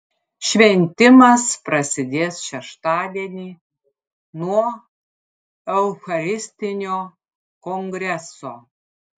šventimas prasidės šeštadienį nuo eucharistinio kongreso